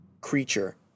creature